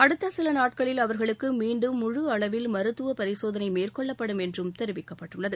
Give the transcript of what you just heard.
அடுத்த சில நாட்களில் அவர்களுக்கு மீண்டும் முழு அளவில் மருத்துவ பரிசோதனை மேற்கொள்ளப்படும் என்றும் தெரிவிக்கப்பட்டுள்ளது